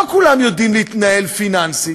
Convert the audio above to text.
לא כולם יודעים להתנהל פיננסית.